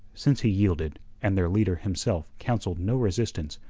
since he yielded, and their leader himself counselled no resistance,